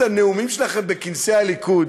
את הנאומים שלכם בכנסי הליכוד.